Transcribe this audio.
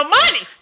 money